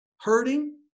hurting